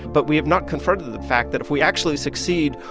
but we have not confronted the fact that if we actually succeed,